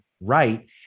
right